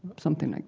something like